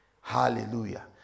Hallelujah